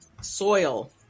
soil